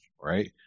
right